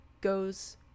goes